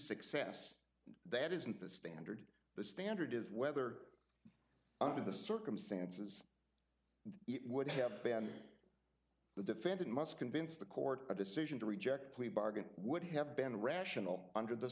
success that isn't the standard the standard is whether under the circumstances it would have been the defendant must convince the court a decision to reject plea bargain would have been rational under the